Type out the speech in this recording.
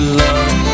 love